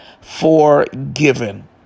forgiven